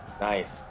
Nice